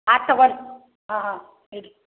ಆಯ್ತ್ ತೊಗೋರಿ ಹಾಂ ಹಾಂ ಇಡಿರಿ